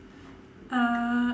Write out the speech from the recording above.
uh